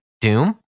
Doom